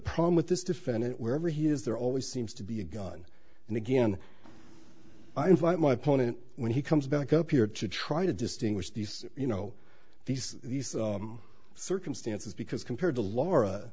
problem with this defendant wherever he is there always seems to be a gun and again i invite my opponent when he comes back up here to try to distinguish these you know these these circumstances because compared to lara